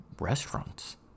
restaurants